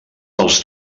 dels